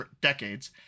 decades